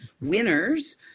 winners